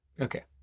Okay